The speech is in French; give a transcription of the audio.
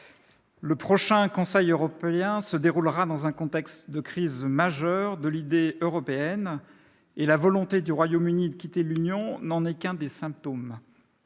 le prochain Conseil européen se déroulera dans un contexte de crise majeure de l'idée européenne ; la volonté du Royaume-Uni de quitter l'Union n'en est qu'un des symptômes.